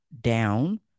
down